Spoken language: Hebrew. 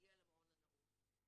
תגיע למעון הנעול.